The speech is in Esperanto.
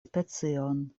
specion